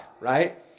right